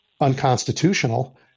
unconstitutional